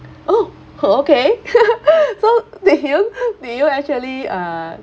oh [ho] okay so do you do you actually uh